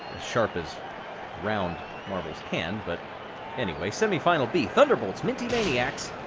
sharp as round marbles can. but anyway, semifinal b thunderbolts, minty maniacs,